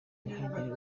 ntihagire